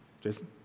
Jason